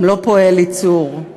גם לא פועל ייצור.